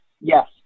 yes